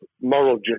moral